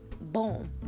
boom